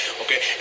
Okay